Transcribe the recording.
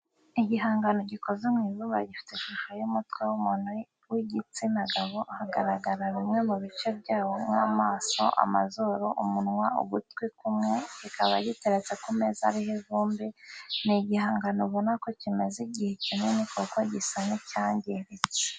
Igihangano gikoze mu ibumba gifite ishusho y'umutwe w'umuntu w'igitsina gabo hagaragara bimwe mu bice byawo nk'amaso, amazuru, umunwa, ugutwi kumwe kikaba giteretse ku meza ariho ivumbi, ni igihangano ubona ko kimaze igihe kinini kuko gisa n'icyangiritse.